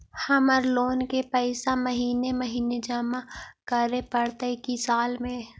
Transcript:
हमर लोन के पैसा महिने महिने जमा करे पड़तै कि साल में?